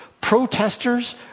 protesters